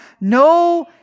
No